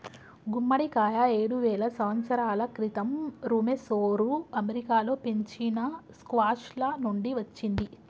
గుమ్మడికాయ ఏడువేల సంవత్సరాల క్రితం ఋమెసోఋ అమెరికాలో పెంచిన స్క్వాష్ల నుండి వచ్చింది